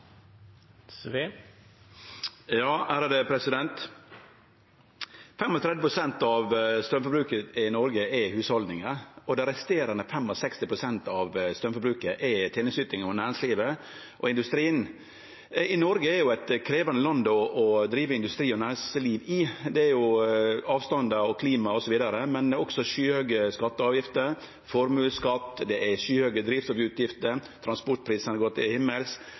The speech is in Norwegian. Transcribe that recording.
og dei resterande 65 pst. av straumforbruket er tenesteyting og næringslivet og industrien. Noreg er eit krevjande land å drive industri og næringsliv i. Det er avstandar og klima osv., men det er også skyhøge skattar og avgifter – formuesskatt, skyhøge drivstoffutgifter, transportprisane går til himmels. Det er på ein måte store utfordringar for næringslivet, og på toppen av